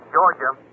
Georgia